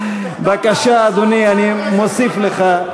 בבקשה, אדוני, אני מוסיף לך.